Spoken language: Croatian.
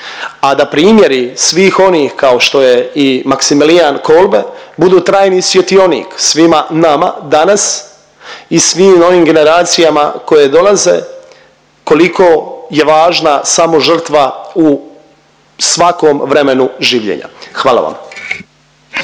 a da primjeri svih onih kao što je i Maksimilijan Kolbe budu trajni svjetionik svima nama danas i svim onim generacijama koje dolaze koliko je važna samo žrtva u svakom vremenu življenja, hvala vam.